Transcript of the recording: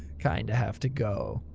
kinda have to go.